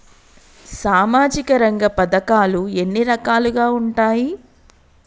సామాజిక రంగ పథకాలు ఎన్ని రకాలుగా ఉంటాయి?